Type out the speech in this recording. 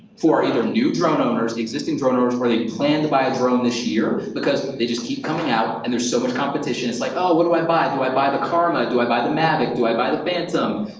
for either new drone owners, existing drone owners, or they plan to buy a drone this year, because they just keep coming out and there's so much competition. it's like, oh, what do i buy? do i buy the karma? do i buy the mavic? do i buy the phantom?